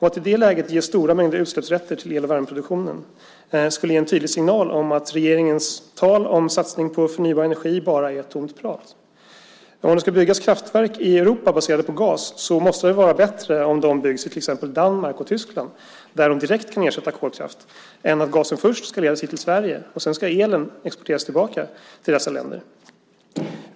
Att i det läget ge stora mängder utsläppsrätter till el och värmeproduktionen skulle ge en tydlig signal om att regeringens tal om satsning på förnybar energi bara är tomt prat. Om det ska byggas kraftverk i Europa baserade på gas så måste det vara bättre om de byggs i till exempel Danmark och Tyskland där de direkt kan ersätta kolkraft än att gasen först ska ledas hit till Sverige och elen sedan exporteras tillbaka till dessa länder.